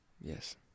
Yes